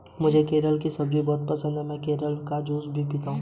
मुझे करेले की सब्जी बहुत पसंद है, मैं करेले का जूस भी पीता हूं